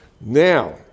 Now